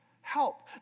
help